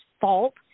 fault